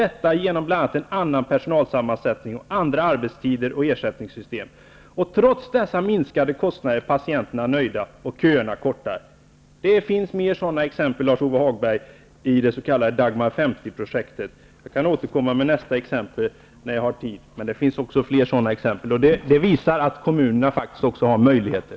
Detta har man åstadkommit bl.a. genom en annan personalsammansättning samt andra arbetstider och ersättningssystem. Trots dessa minskade kostnader är patienterna nöjda och köerna kortare. Det finns fler sådana exempel, Lars-Ove Hagberg, i det s.k. Dagmar 50-projektet. Jag kan återkomma med nästa exempel när jag har tid. Det finns fler sådana exempel som visar att kommunerna faktiskt också har möjligheter.